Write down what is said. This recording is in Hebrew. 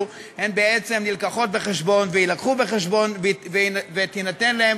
בעצם נלקחות בחשבון ויילקחו בחשבון ויינתן להן